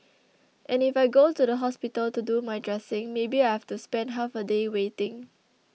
and if I go to the hospital to do my dressing maybe I have to spend half a day waiting